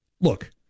Look